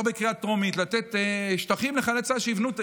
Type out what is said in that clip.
לתת שטחים לחיילי צה"ל שיבנו,